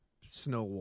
Snow